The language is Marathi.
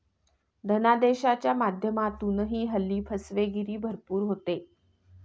धनादेशाच्या माध्यमातूनही हल्ली फसवेगिरी भरपूर होते